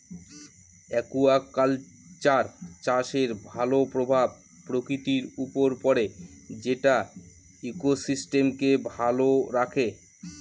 aquaculture চাষের ভালো প্রভাব প্রকৃতির উপর পড়ে যেটা ইকোসিস্টেমকে ভালো রাখে